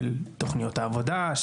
של תוכניות העבודה,